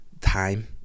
time